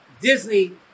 Disney